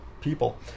people